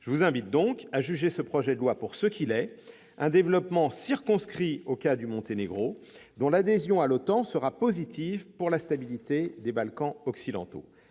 Je vous invite donc à juger ce projet de loi pour ce qu'il est : un développement circonscrit au cas du Monténégro, dont l'adhésion à l'OTAN sera positive pour la stabilité des Balkans occidentaux.